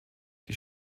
die